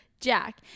Jack